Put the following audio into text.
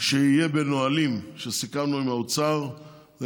שיהיה בנהלים: סיכמנו עם האוצר את